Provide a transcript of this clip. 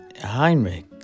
Heinrich